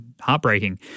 heartbreaking